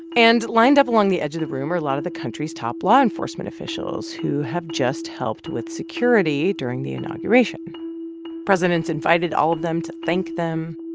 and lined up along the edge of the room are a lot of the country's top law enforcement officials who have just helped with security during the inauguration. the president's invited all of them to thank them.